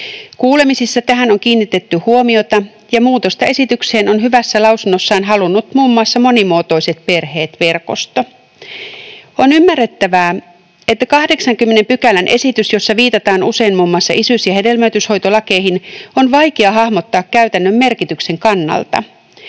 Kuulemisissa tähän on kiinnitetty huomiota, ja muutosta esitykseen on hyvässä lausunnossaan halunnut muun muassa Monimuotoiset perheet -verkosto. On ymmärrettävää, että 80 pykälän esitys, jossa viitataan usein muun muassa isyys- ja hedelmöityshoitolakeihin, on vaikea hahmottaa käytännön merkityksen kannalta.